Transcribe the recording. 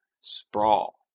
sprawl